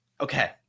Okay